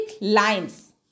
lines